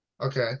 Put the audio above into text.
okay